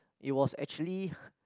it was actually